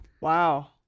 Wow